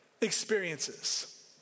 experiences